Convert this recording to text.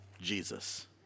Jesus